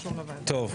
טוב.